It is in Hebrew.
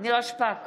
נירה שפק,